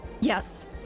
Yes